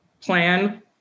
plan